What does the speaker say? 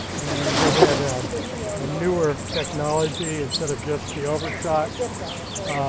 they had a ah newer technology instead of just the overshot